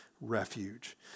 refuge